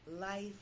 life